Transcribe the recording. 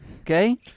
Okay